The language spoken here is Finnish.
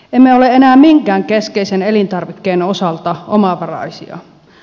emme ole enää minkään keskeisen elintarvikkeen osalta omavaraisia